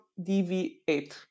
DV8